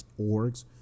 orgs